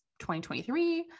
2023